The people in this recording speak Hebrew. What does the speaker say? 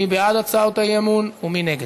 מי בעד הצעות האי-אמון ומי נגד,